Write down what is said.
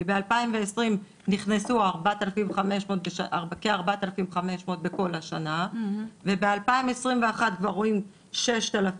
כי ב-2020 נכנסו כ-4,500 בכל השנה וב-2021 כבר רואים 6,000